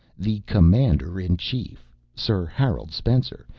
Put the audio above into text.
the commander-in-chief, sir harold spencer.